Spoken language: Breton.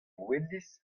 welis